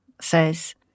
says